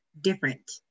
different